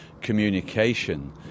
communication